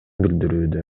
билдирүүдө